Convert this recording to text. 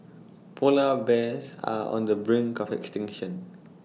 Polar Bears are on the brink of extinction